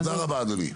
תודה רבה, אדוני.